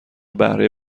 بهره